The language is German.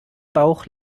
bauch